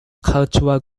cultural